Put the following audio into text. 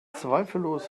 zweifellos